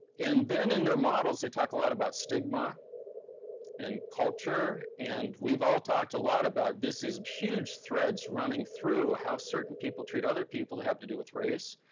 and then in their models they talk a lot about stigma and culture, and we've all talked a lot about, this is huge threads running through how certain people treat other people that have to do with race,